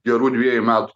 gerų dviejų metų